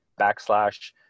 backslash